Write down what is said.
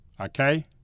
okay